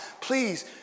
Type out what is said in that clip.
please